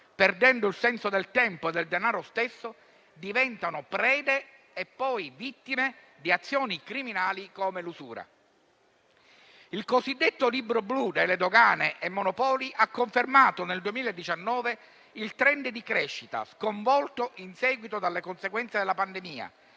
perdendo il senso del tempo e del denaro stesso, diventano prede e poi vittime di azioni criminali come l'usura. Il cosiddetto Libro Blu dell'Agenzia delle dogane e dei monopoli ha confermato nel 2019 il *trend* di crescita, sconvolto in seguito alle conseguenze della pandemia,